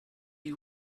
you